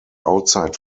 outside